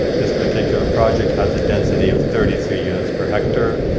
this particular project has a density of thirty three units per hectare.